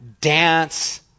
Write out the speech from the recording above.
dance